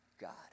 God